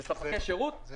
אלה